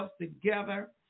together